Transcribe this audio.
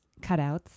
cutouts